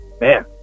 Man